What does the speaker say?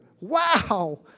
Wow